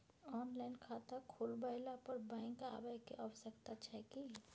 Online खाता खुलवैला पर बैंक आबै के आवश्यकता छै की?